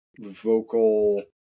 vocal